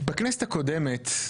בכנסת הקודמת,